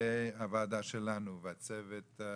והוועדה שלנו, הצוות המסור,